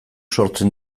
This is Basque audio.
sortzen